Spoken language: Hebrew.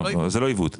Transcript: זה לא עיוות.